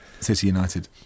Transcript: City-United